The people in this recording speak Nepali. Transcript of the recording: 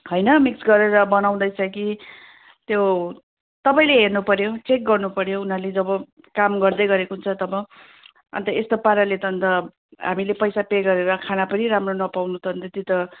होइन मिक्स गरेर बनाउँदैछ कि त्यो तपाईँले हेर्नु पऱ्यो चेक गर्नु पऱ्यो उनीहरूले जब काम गर्दै गरेको हुन्छ तब अन्त यस्तो पाराले त अन्त हामीले पैसा पे गरेर खाना पनि राम्रो नपाउनु त अन्त त्यो त